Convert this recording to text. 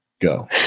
Go